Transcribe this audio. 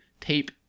tape